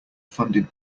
funded